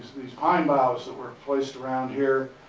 these pine boughs that were placed around here,